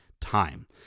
time